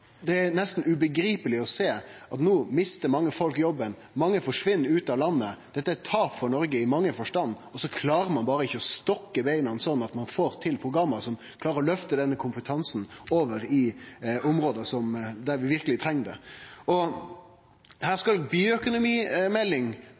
Det er nesten ubegripeleg å sjå at mange folk no mistar jobben, mange forsvinn ut av landet. Dette er eit tap for Noreg i mang ein forstand. Så klarer ein berre ikkje å stokke beina sånn at ein får til program som klarer å løfte denne kompetansen over i område der vi verkeleg treng han. Her skal det